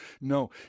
No